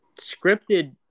scripted